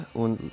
und